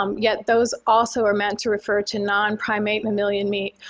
um yet those also are meant to refer to non-primate mammalian meat,